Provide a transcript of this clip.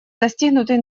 достигнутый